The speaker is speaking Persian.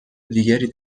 دیگری